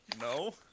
no